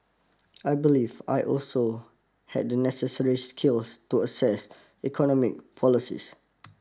I believe I also had the necessary skills to assess economic policies